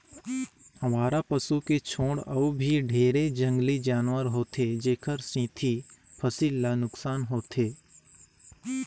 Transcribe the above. अवारा पसू के छोड़ अउ भी ढेरे जंगली जानवर होथे जेखर सेंथी फसिल ल नुकसान होथे